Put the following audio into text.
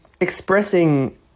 expressing